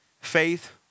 faith